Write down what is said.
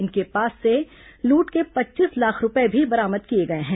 इनके पास से लूट के पच्चीस लाख रूपये भी बरामद किए गए हैं